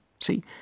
See